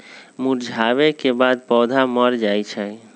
मुरझावे के बाद पौधा मर जाई छई